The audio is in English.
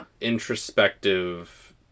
introspective